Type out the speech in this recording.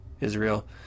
Israel